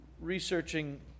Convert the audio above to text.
researching